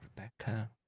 Rebecca